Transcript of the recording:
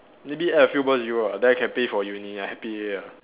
maybe add a few more zero ah then I can pay for uni I happy already